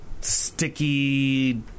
sticky